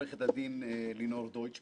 ושותפים מלאים לאורך כל העבודה בה,